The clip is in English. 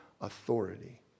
authority